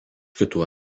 kitų